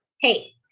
hey